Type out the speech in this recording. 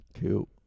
Cool